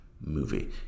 movie